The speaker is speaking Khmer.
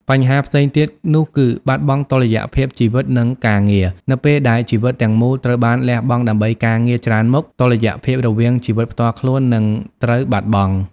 បញ្ហាផ្សេងទៀត នោះគឺ បាត់បង់តុល្យភាពជីវិត និងការងារ នៅពេលដែលជីវិតទាំងមូលត្រូវបានលះបង់ដើម្បីការងារច្រើនមុខ តុល្យភាពរវាងជីវិតផ្ទាល់ខ្លួន នឹងត្រូវបាត់បង់។